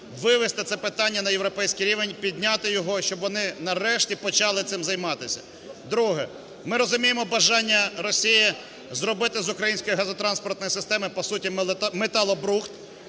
вивести це питання на європейський рівень, підняти його, щоб вони нарешті почали цим займатися. Друге. Ми розуміємо бажання Росії зробити з української газотранспортної системи по суті металобрухт,